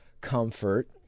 comfort